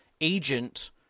agent